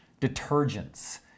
detergents